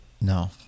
No